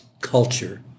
culture